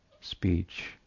speech